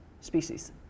species